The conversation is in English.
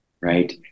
Right